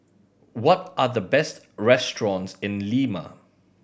what are the best restaurants in Lima